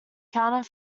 counter